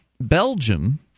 Belgium